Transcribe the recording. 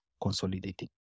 Consolidating